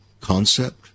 concept